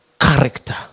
character